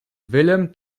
willem